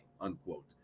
unquote